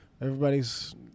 Everybody's